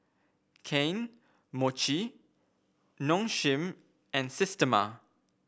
Kane Mochi Nong Shim and Systema